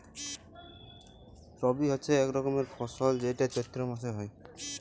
রবি হচ্যে এক রকমের ফসল যেইটা চৈত্র মাসে হ্যয়